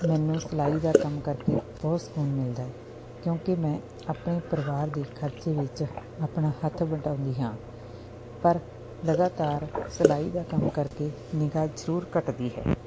ਮੈਨੂੰ ਸਿਲਾਈ ਦਾ ਕੰਮ ਕਰਕੇ ਬਹੁਤ ਸਕੂਨ ਮਿਲਦਾ ਹੈ ਕਿਉਂਕਿ ਮੈਂ ਆਪਣੇ ਪਰਿਵਾਰ ਦੇ ਖਰਚੇ ਵਿੱਚ ਆਪਣਾ ਹੱਥ ਵਟਾਉਂਦੀ ਹਾਂ ਪਰ ਲਗਾਤਾਰ ਸਿਲਾਈ ਦਾ ਕੰਮ ਕਰਕੇ ਨਿਗ੍ਹਾ ਜ਼ਰੂਰ ਘੱਟਦੀ ਹੈ